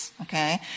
okay